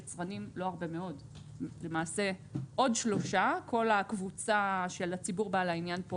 עוד שלושה יצרנים כל הקבוצה של הציבור בעל העניין פה